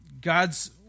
God's